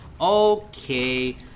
Okay